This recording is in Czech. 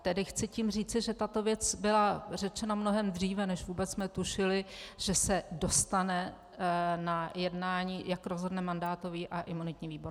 Tedy chci tím říci, že tato věc byla řečena mnohem dříve, než vůbec jsme tušili, že se dostane na jednání, jak rozhodne mandátový a imunitní výbor.